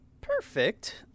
perfect